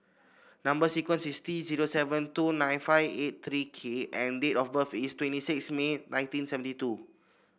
number sequence is T zero seven two nine five eight three K and date of birth is twenty six May nineteen seventy two